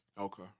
Okay